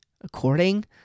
according